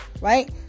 right